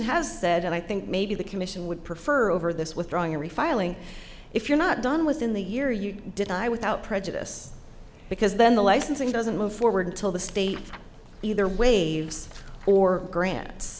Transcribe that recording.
said and i think maybe the commission would prefer over this withdrawing refiling if you're not done within the year you deny without prejudice because then the licensing doesn't move forward until the state either waves or grants